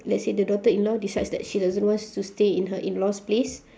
let's say the daughter-in-law decides that she doesn't wants to stay in her in-laws' place